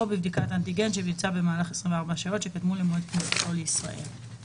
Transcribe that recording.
״או בבדיקת אנטיגן שביצע במהלך 24 השעות שקדמו למועד כניסתו לישראל".